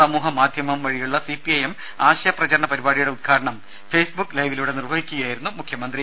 സമൂഹ മാധ്യമം വഴിയുള്ള സിപി ഐ എം ആശയ പ്രചരണ പരിപാടിയുടെ ഉദ്ഘാടനം ഫേസ്ബുക്ക് ലൈവിലൂടെ നിർവഹിക്കുകയായിരുന്നു മുഖ്യമന്ത്രി